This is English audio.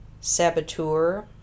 saboteur